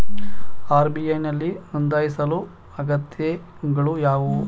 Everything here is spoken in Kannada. ಆರ್.ಬಿ.ಐ ನಲ್ಲಿ ನೊಂದಾಯಿಸಲು ಅಗತ್ಯತೆಗಳು ಯಾವುವು?